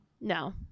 No